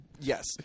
Yes